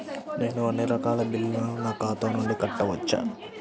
నేను అన్నీ రకాల బిల్లులను నా ఖాతా నుండి కట్టవచ్చా?